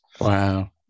Wow